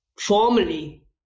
formally